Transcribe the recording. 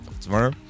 Tomorrow